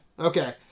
Okay